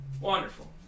Wonderful